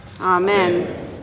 Amen